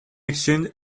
exchange